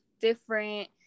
different